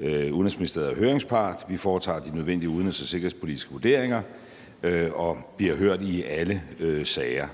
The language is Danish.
Udenrigsministeriet er høringspart. Vi foretager de nødvendige udenrigs- og sikkerhedspolitiske vurderinger og bliver hørt i alle sager.